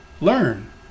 learn